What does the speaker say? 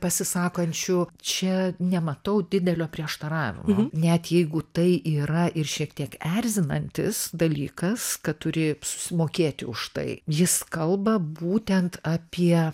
pasisakančių čia nematau didelio prieštaravimo net jeigu tai yra ir šiek tiek erzinantis dalykas kad turi susimokėti už tai jis kalba būtent apie